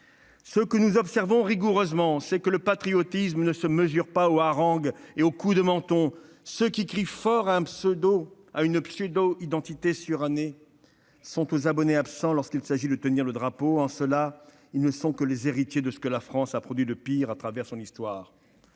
elles. Nous combattrons cela avec la même énergie ! Le patriotisme ne se mesure pas aux harangues et aux coups de menton. Ceux qui crient à une prétendue identité surannée sont aux abonnés absents quand il s'agit de tenir le drapeau. En cela, ils ne sont que les héritiers de ce que la France a produit de pire à travers son histoire.